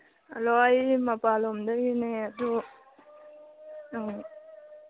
hello ꯑꯩ ꯃꯄꯥꯜꯂꯣꯝꯗꯒꯤꯅꯦ ꯑꯗꯨ